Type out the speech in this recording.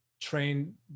train